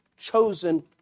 chosen